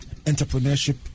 Entrepreneurship